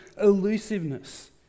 elusiveness